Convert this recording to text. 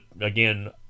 again